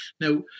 Now